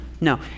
No